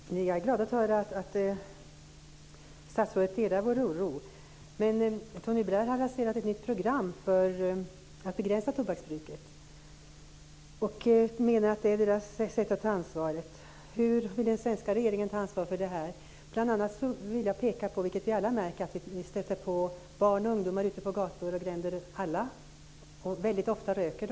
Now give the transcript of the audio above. Fru talman! Jag är glad över att statsrådet delar vår oro. Men Tony Blair har lanserat ett nytt program för att begränsa tobaksbruket och menar att det är deras sätt att ta ansvar. Hur vill den svenska regeringen ta ansvar för detta? Bl.a. vill jag peka på, vilket vi alla märker, att vi stöter på barn och ungdomar ute på gatorna och att de väldigt ofta röker.